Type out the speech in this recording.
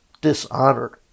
dishonored